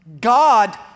God